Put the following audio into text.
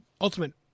ultimate